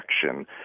action